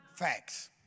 Facts